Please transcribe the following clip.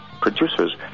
producers